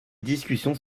discussions